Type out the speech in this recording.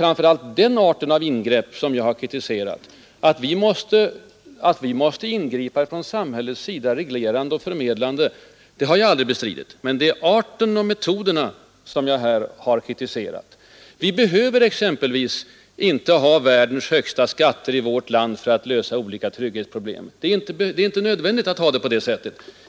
Att vi från samhällets sida måste ingripa reglerande och fördelande har jag aldrig bestridit, men det är arten och metoderna som jag har kritiserat. Vi behöver exempelvis inte ha världens högsta skatter i vårt land för att lösa olika trygghetsproblem. Det är inte nödvändigt